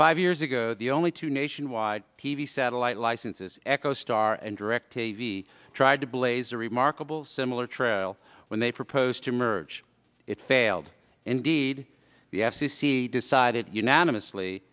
five years ago the only two nationwide t v satellite licenses echostar and directv tried to blaze a remarkable similar trail when they proposed to merge it failed indeed the f c c decided unanimously